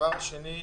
דבר שני,